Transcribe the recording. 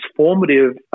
transformative